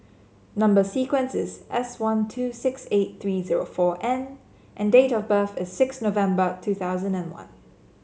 number sequence is S one two six eight three zero four N and date of birth is six November two thousand and one